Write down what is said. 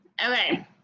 Okay